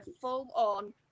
full-on